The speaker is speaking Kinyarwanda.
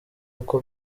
uko